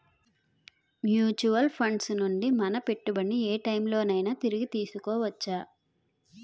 Mutual funds నుండి మన పెట్టుబడిని ఏ టైం లోనైనా తిరిగి తీసుకోవచ్చా?